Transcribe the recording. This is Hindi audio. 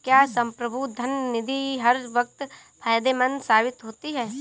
क्या संप्रभु धन निधि हर वक्त फायदेमंद साबित होती है?